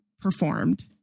performed